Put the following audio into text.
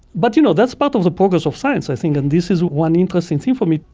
but, you know, that's part of the progress of science i think, and this is one interesting thing for me.